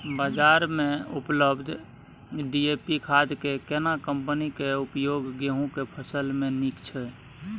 बाजार में उपलब्ध डी.ए.पी खाद के केना कम्पनी के उपयोग गेहूं के फसल में नीक छैय?